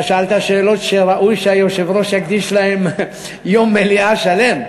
אתה שאלת שאלות שראוי שהיושב-ראש יקדיש להן יום מליאה שלם.